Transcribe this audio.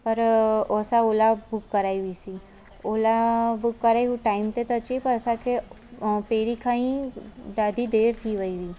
पर असां ओला बुक कराई हुइसि ओला बुक करे हू टाइम ते त अचे पर असांखे पहिरीं खां ई ॾाढी देरि थी वई